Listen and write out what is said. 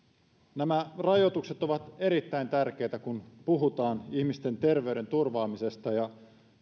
nämä rajoitukset ovat erittäin tärkeitä kun puhutaan ihmisten terveyden turvaamisesta ja